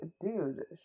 dude